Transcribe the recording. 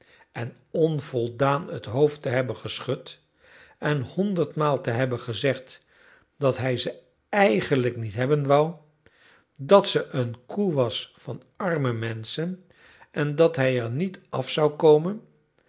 en onvoldaan het hoofd te hebben geschud en honderdmaal te hebben gezegd dat hij ze eigenlijk niet hebben wou dat ze een koe was van arme menschen en dat hij er niet af zou komen